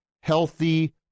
healthy